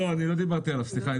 לא דיברתי עליו, סליחה.